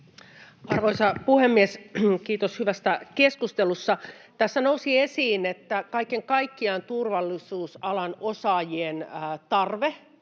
Arvoisa puhemies! Kiitos hyvästä keskustelusta. Tässä nousi esiin, että kaiken kaikkiaan turvallisuusalan osaajien tarve